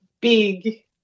big